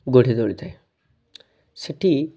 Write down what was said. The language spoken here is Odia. ଗଢ଼ି ତୋଳିଥାଏ ସେଇଠି